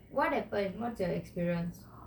what happened what was your experience